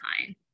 time